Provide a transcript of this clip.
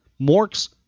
Mork's